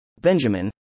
Benjamin